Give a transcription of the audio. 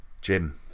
Jim